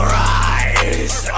rise